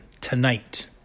tonight